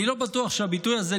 אני לא בטוח שהביטוי הזה,